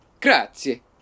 Grazie